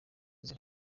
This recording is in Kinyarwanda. izina